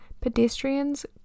pedestrians